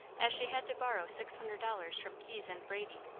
as she had to borrow six hundred dollars from keyes and brady,